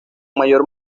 mayor